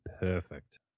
perfect